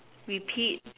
repeat